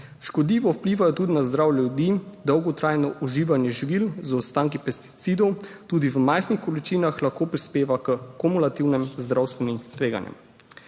Škodljivo vplivajo tudi na zdravje ljudi, dolgotrajno uživanje živil z ostanki pesticidov, tudi v majhnih količinah, lahko prispeva k kumulativnim zdravstvenim tveganjem.